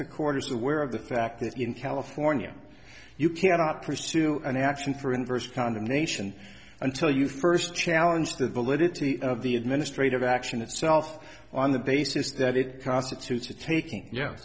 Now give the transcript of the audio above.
quarter's aware of the fact that in california you cannot pursue an action for inverse condemnation until you first challenge the validity of the administrative action itself on the basis that it constitutes a taking ye